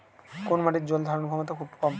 কোন মাটির জল ধারণ ক্ষমতা খুব কম?